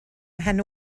mhen